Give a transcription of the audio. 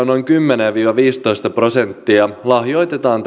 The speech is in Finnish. noin kymmenen viiva viisitoista prosenttia lahjoitetaan